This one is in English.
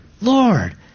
lord